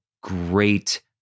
great